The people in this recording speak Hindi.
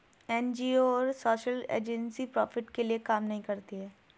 एन.जी.ओ और सोशल एजेंसी प्रॉफिट के लिए काम नहीं करती है